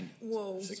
whoa